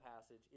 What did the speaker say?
passage